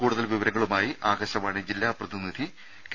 കൂടുതൽ വിവരങ്ങളുമായി ആകാശവാണി ജില്ലാ പ്രതിനിധി കെ